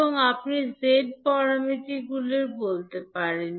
বা আপনি z প্যারামিটারগুলিও বলতে পারেন